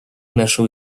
наши